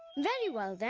very well, then.